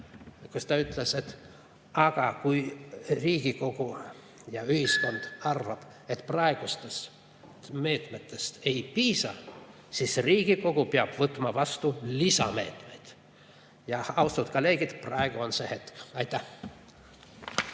Ta ütles, et kui Riigikogu ja ühiskond arvab, et praegustest meetmetest ei piisa, siis Riigikogu peab võtma vastu lisameetmed. Ja, austatud kolleegid, praegu on see hetk. Aitäh!